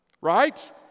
right